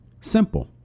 Simple